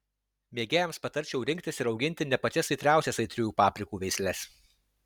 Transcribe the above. mėgėjams patarčiau rinktis ir auginti ne pačias aitriausias aitriųjų paprikų veisles